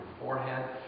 forehead